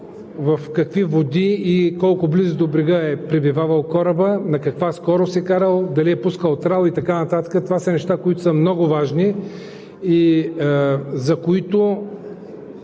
в какви води и колко близо до брега е пребивавал корабът, на каква скорост е карал, дали е пускал трал и така нататък. Това са неща, които са много важни и с които